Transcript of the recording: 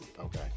Okay